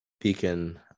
beacon